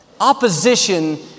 Opposition